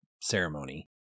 ceremony